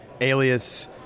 alias